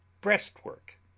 Breastwork